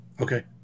Okay